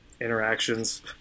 interactions